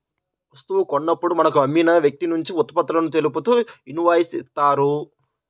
వస్తువు కొన్నప్పుడు మనకు అమ్మిన వ్యక్తినుంచి ఉత్పత్తులను తెలుపుతూ ఇన్వాయిస్ ఇత్తారు